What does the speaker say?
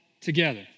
together